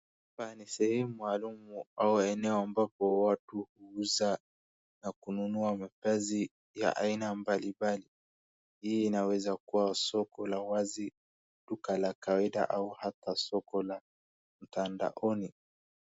Hapa ni sehemu maalum au eneo ambapo watu huuza na kununua mavazi ya aina mbalimbali. Hii inaeza kuwa kwa soko la wazi, duka la kawaida au hata soko la mtandaoni.